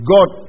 God